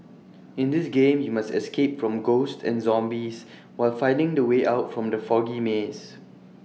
in this game you must escape from ghosts and zombies while finding the way out from the foggy maze